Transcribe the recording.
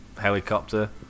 helicopter